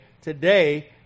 today